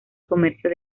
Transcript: comercio